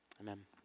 Amen